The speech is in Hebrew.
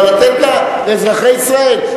אלא בשביל לתת לאזרחי ישראל,